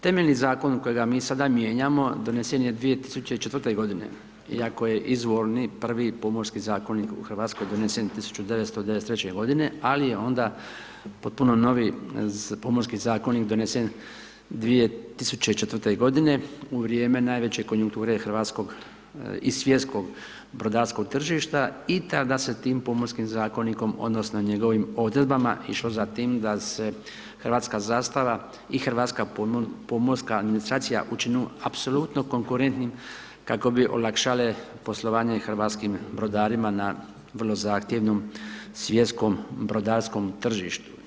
Temeljni zakon kojega mi sada mijenjamo donesen je 2004. godine iako je izvorni prvi Pomorski zakonik u Hrvatskoj donesen 1993. godine, ali je onda potpuno novi Pomorski zakonik donesen 2004. godine u vrijeme najveće konjunkture hrvatskog i svjetskog brodarskog tržišta i tada se tim Pomorskim zakonikom, odnosno njegovim odredbama išlo za tim da se hrvatska zastava i hrvatska pomorska ... učinu apsolutno konkurentnim kako bi olakšale poslovanje hrvatskim brodarima na vrlo zahtjevnom svjetskom brodarskom tržištu.